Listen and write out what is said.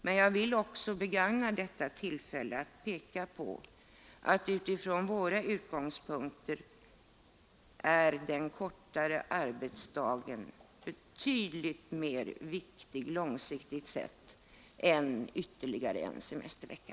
Men jag vill också begagna detta tillfälle att peka på att den kortare arbetsdagen från våra utgångspunkter är betydligt viktigare långsiktigt än ytterligare en semestervecka.